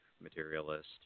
materialist